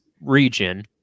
region